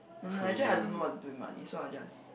no no actually I don't know what to do with money so I just